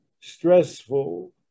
stressful